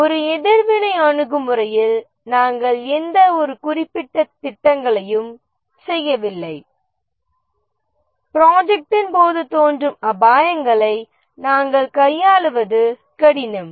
ஒரு எதிர்வினை அணுகுமுறையில் நாம் எந்த குறிப்பிட்ட திட்டங்களையும் செய்யவில்லை ப்ரொஜெக்ட்டின் போது தோன்றும் அபாயங்களை நாம் கையாளுவது கடினம்